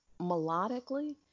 melodically